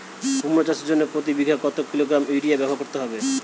কুমড়ো চাষের জন্য প্রতি বিঘা কত কিলোগ্রাম ইউরিয়া ব্যবহার করতে হবে?